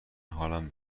حالم